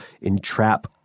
entrap